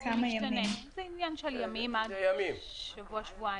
זה עניין של ימים עד שבוע, שבועיים.